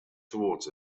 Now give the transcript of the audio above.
towards